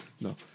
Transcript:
No